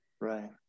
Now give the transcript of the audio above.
Right